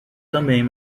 também